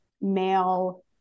male